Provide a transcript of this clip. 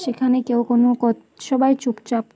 সেখানে কেউ কোনো ক সবাই চুপচাপ